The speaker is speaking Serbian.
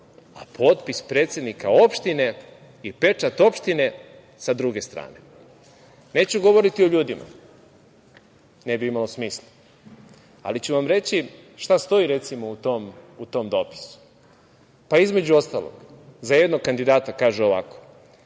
a potpis predsednika opštine i pečat opštine sa druge strane. Neću govoriti o ljudima, ne bi imalo smisla, ali ću vam reći, recimo, šta stoji u tom dopisu. Između ostalog, za jednog kandidata kažu ovako